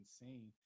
insane